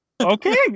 Okay